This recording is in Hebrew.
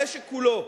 המשק כולו.